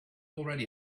already